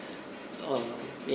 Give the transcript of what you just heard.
oh